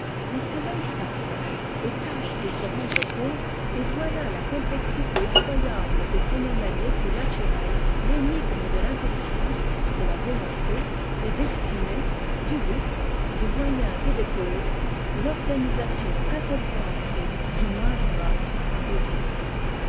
mais que l'œil s'approche et tâche de se rendre compte et voilà la complexité eflroyable des phénomènes les plus naturels l'énigme de l'intelligence de la volonté des destinées du but des moyens et des causes torganisation incompréhensible du moindre acte de vie